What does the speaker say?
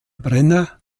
brenner